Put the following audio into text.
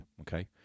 okay